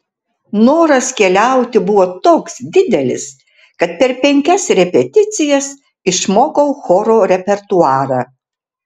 noras keliauti buvo toks didelis kad per penkias repeticijas išmokau choro repertuarą